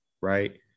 right